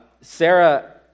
Sarah